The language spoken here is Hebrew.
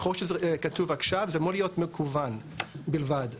זה אמור להיות מקוון בלבד.